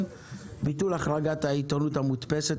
(תיקון מס' 8) (ביטול החרגת העיתונות המודפסת),